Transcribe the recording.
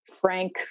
frank